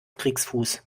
kriegsfuß